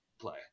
play